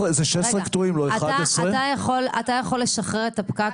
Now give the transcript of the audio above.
זה 16 קטועים ולא 11. אתה יכול לשחרר את הפקק